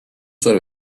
sort